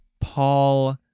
Paul